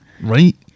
Right